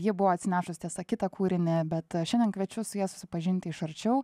ji buvo atsinešus tiesa kitą kūrinį bet šiandien kviečiu su ja susipažinti iš arčiau